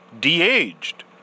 de-aged